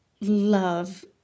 love